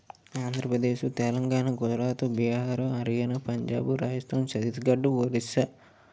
Andhra Pradesh Telangana Gujarat Bihar Haryana Punjab Rajasthan ఛత్తీస్గడ్డు Orissa